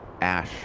ash